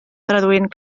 traduint